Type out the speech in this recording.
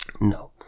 No